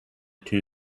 two